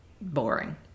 boring